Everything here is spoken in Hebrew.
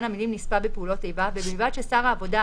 המילים "נספה בפעולות איבה" ובלבד ששר העבודה,